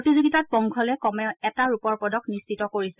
প্ৰতিযোগীতাত পংঘলে কমেও এটা ৰূপৰ পদক নিশ্চিত কৰিছে